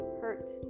hurt